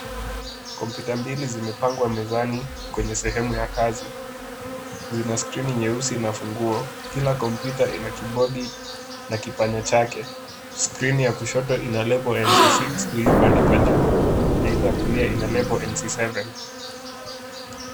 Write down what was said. Kompyuta mbili zimepangwa mezani kwenye sehemu ya kazi. Zina skrini nyeusi na funguo. Kila kompyuta ina kibodi na kipanya chake. Skirini ya kushoto ina label NC6 iliyobandikwa juu na ile ya kulia ina label] NC7.